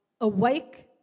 awake